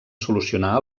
solucionar